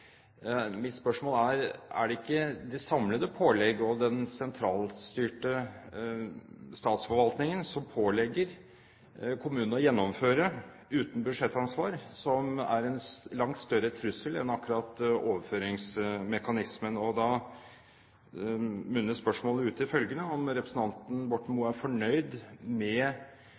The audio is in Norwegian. er: Er ikke de samlede pålegg og den sentralstyrte statsforvaltningen som uten budsjettansvar pålegger kommunene å gjennomføre, en langt større trussel enn akkurat overføringsmekanismen? Da munner spørsmålet ut i følgende: Er representanten Borten Moe fornøyd med